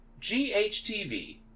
GHTV